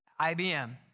IBM